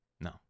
No